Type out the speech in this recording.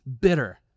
bitter